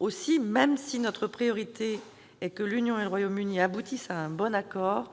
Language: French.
Aussi, même si notre priorité est que l'Union et le Royaume-Uni aboutissent à un bon accord,